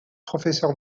professeur